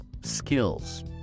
skills